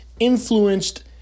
influenced